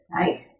right